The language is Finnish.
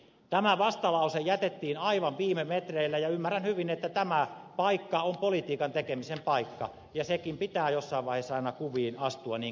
tämä vastalause jätettiin aivan viime metreillä ja ymmärrän hyvin että tämä paikka on politiikan tekemisen paikka ja senkin pitää jossain vaiheessa aina kuviin astua niin kuin se astui